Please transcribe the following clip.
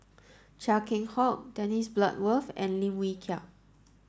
Chia Keng Hock Dennis Bloodworth and Lim Wee Kiak